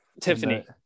tiffany